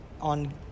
on